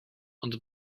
ond